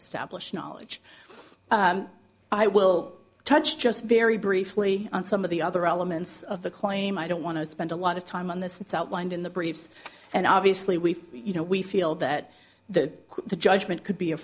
establish knowledge i will touch just very briefly on some of the other elements of the claim i don't want to spend a lot of time on this it's outlined in the briefs and obviously we you know we feel that the judgment could be a